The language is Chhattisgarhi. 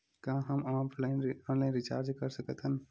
का हम ऑनलाइन रिचार्ज कर सकत हन?